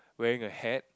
wearing a hat